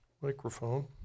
microphone